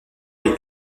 est